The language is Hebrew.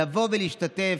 לבוא ולהשתתף.